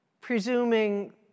presuming